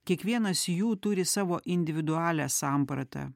kiekvienas jų turi savo individualią sampratą